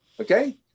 Okay